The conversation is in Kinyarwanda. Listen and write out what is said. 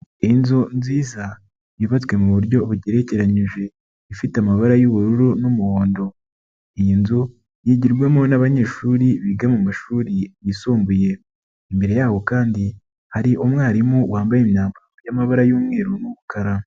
Inzu nziza yubatswe mu buryo bugerakeranyije ifite amabara y'ubururu n'umuhondo, iyi nzu yigirwamo n'abanyeshuri biga mu mashuri yisumbuye, imbere yaho kandi hari umwarimu wambaye imyambaro y'amabara y'umweru n'umukara.